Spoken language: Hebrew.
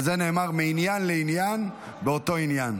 על זה נאמר מעניין לעניין באותו עניין.